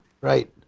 Right